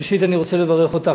ראשית, אני רוצה לברך אותך.